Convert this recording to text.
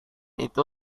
itu